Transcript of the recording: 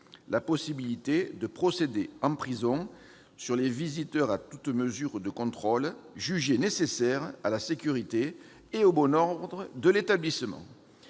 la possibilité de procéder en prison, sur les visiteurs, à toute mesure de contrôle jugée nécessaire à la sécurité et au bon ordre de l'établissement.